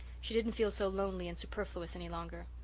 she didn't feel so lonely and superfluous any longer.